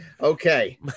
okay